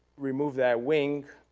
remove that wing,